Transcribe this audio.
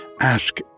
ask